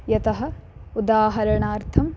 यतः उदाहरणार्थं